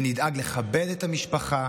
ונדאג לכבד את המשפחה